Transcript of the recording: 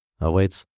awaits